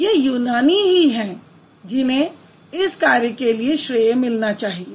ये यूनानी ही हैं जिन्हें इस कार्य के लिए श्रेय मिलना चाहिए